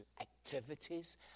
activities